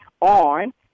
on